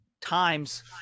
times